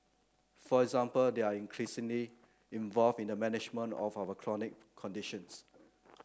for example they are increasingly involved in the management of our chronic conditions